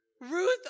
Ruth